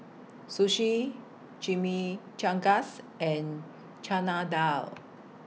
Sushi Chimichangas and Chana Dal